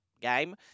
game